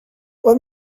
what